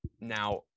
Now